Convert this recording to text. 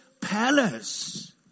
palace